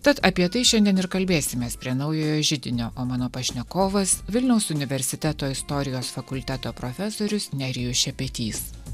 tad apie tai šiandien ir kalbėsimės prie naujojo židinio o mano pašnekovas vilniaus universiteto istorijos fakulteto profesorius nerijus šepetys